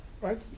right